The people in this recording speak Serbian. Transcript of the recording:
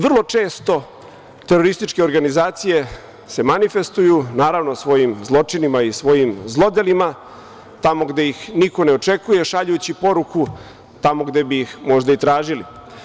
Vrlo često terorističke organizacije se manifestuju, naravno, svojim zločinima i svojim zlodelima tamo gde ih niko ne očekuje, šaljući poruku tamo gde bih ih možda i tražili.